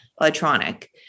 electronic